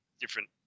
different